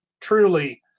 truly